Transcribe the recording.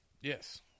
Yes